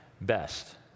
best